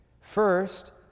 First